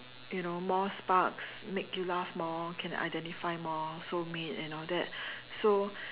you know more sparks make you laugh more can identify more soulmate and all that so